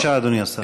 בבקשה, אדוני השר.